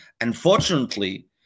Unfortunately